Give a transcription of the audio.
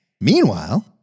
Meanwhile